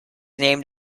named